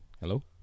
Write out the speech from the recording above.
Hello